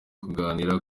kuganira